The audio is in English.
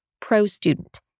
pro-student